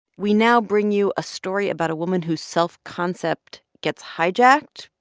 we now bring you a story about a woman whose self-concept gets hijacked,